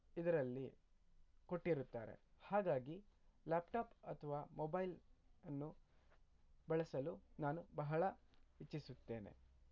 ಇದರಲ್ಲಿ ಕೊಟ್ಟಿರುತ್ತಾರೆ ಹಾಗಾಗಿ ಲ್ಯಾಪ್ಟಾಪ್ ಅಥವಾ ಮೊಬೈಲನ್ನು ಬಳಸಲು ನಾನು ಬಹಳ ಇಚ್ಛಿಸುತ್ತೇನೆ